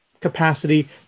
capacity